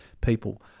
people